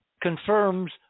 confirms